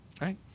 right